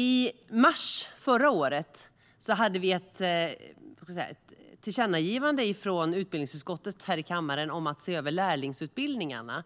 I mars förra året hade vi ett tillkännagivande från utbildningsutskottet här i kammaren om att se över lärlingsutbildningarna.